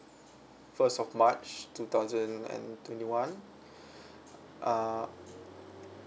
first of march two thousand and twenty one uh